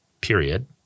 period